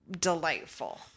delightful